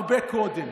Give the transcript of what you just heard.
הרבה קודם.